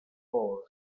war